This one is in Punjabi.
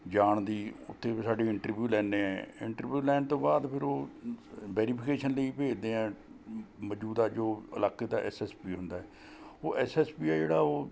ਜਾਣ ਦੀ ਉੱਥੇ ਫੇਰ ਸਾਡੀ ਇੰਟਰਵਿਊ ਲੈਂਦੇ ਹੈ ਇੰਟਰਵਿਊ ਲੈਣ ਤੋਂ ਬਾਅਦ ਫਿਰ ਉਹ ਵੈਰੀਫਿਕੇਸ਼ਨ ਲਈ ਭੇਜਦੇ ਹੈ ਮੌਜੂਦਾ ਜੋ ਇਲਾਕੇ ਦਾ ਐਸ ਐਸ ਪੀ ਹੁੰਦਾ ਉਹ ਐਸ ਐਸ ਪੀ ਹੈ ਜਿਹੜਾ ਉਹ